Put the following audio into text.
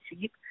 cheap